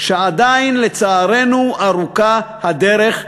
שעדיין לצערנו ארוכה הדרך,